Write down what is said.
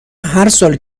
هرسال